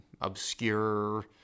obscure